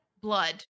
blood